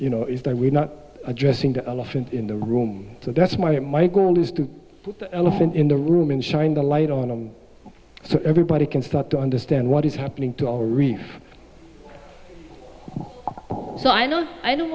you know it's there we're not addressing the elephant in the room so that's my my goal is to put the elephant in the room and shine the light on them so everybody can start to understand what is happening to all reef so i know i don't